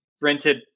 rented